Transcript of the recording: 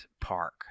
park